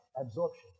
absorption